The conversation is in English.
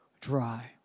dry